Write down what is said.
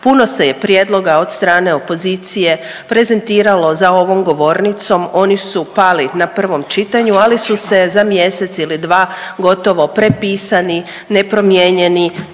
puno se je prijedloga od strane opozicije prezentiralo za ovom govornicom, oni su pali na prvom čitanju, ali su se za mjesec ili dva gotovo prepisani i nepromijenjeni